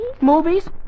Movies